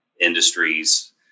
industries